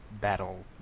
Battle